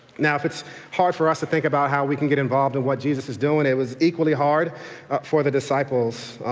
now if it's hard for us to think about how we can get involved in what jesus is doing, it was equally hard for the disciples,